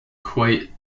quite